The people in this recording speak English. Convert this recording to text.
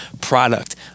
product